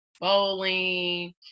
bowling